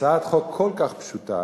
שהצעת חוק כל כך פשוטה